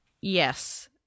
Yes